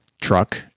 truck